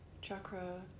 chakra